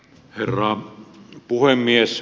herra puhemies